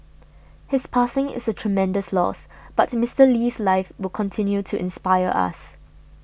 his passing is a tremendous loss but Mister Lee's life will continue to inspire us